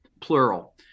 plural